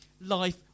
Life